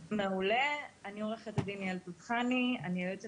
שלום, אני היועצת